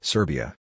Serbia